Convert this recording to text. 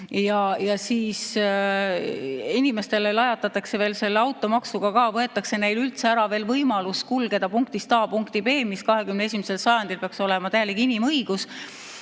Ja siis lajatatakse inimestele veel selle automaksuga ka, võetakse neilt üldse ära võimalus kulgeda punktist A punkti B, mis 21. sajandil peaks olema täiesti inimõigus.